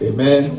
Amen